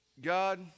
God